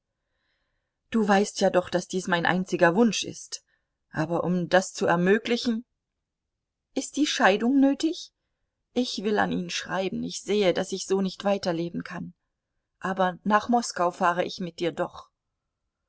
du weißt ja doch daß dies mein einziger wunsch ist aber um das zu ermöglichen ist die scheidung nötig ich will an ihn schreiben ich sehe daß ich so nicht weiterleben kann aber nach moskau fahre ich mit dir doch